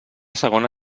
segona